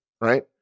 right